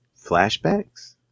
flashbacks